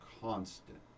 constant